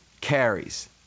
carries